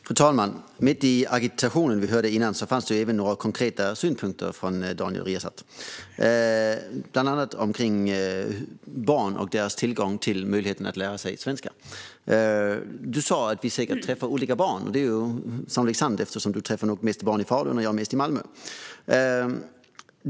Fru talman! Mitt i den agitation vi hörde tidigare fanns några konkreta synpunkter från Daniel Riazat, bland annat om barn och deras tillgång till möjligheten att lära sig svenska. Du sa att vi säkert träffar olika barn, Daniel Riazat. Det är sannolikt sant, eftersom du träffar barn mest i Falun och jag mest i Malmö.